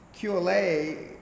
QLA